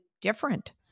different